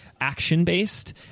action-based